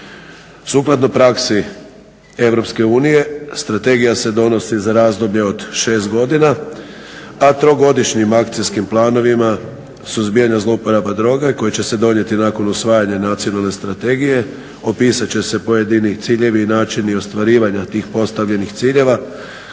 Sukladno praksi EU strategija se donosi za razdoblje od 6 godina, a trogodišnjim Akcijskim planovima suzbijanja zlouporaba droga koji će se donijeti nakon usvajanja Nacionalne strategije opisat će se pojedini ciljevi i načini ostvarivanja tih postavljenih ciljeva